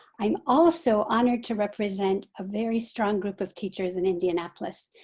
i'm also honored to represent a very strong group of teachers in indianapolis.